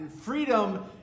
freedom